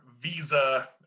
Visa